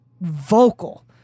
vocal